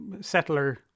settler